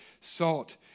Salt